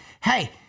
hey